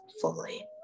fully